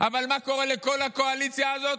אבל מה קורה לכל הקואליציה הזאת?